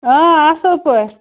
اۭں اصٕل پٲٹھۍ